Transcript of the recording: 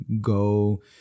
go